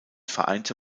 vereinte